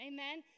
Amen